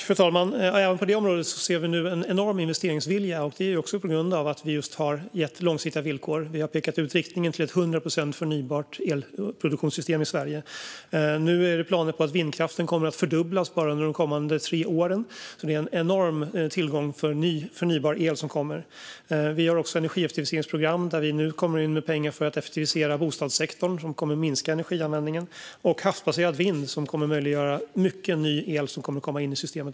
Fru talman! Även på det området ser vi nu en enorm investeringsvilja. Också det är tack vare att vi har gett långsiktiga villkor. Vi har pekat ut riktningen mot ett hundraprocentigt förnybart elproduktionssystem i Sverige. Nu finns det planer på att fördubbla vindkraften bara under de kommande tre åren. Det är en enorm tillgång på ny förnybar el som kommer. Vi har energieffektiviseringsprogram där vi nu går in med pengar för att effektivisera bostadssektorn, som kommer att minska sin energianvändning. Också havsbaserad vind kommer att möjliggöra att mycket ny el kommer in i systemet.